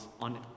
on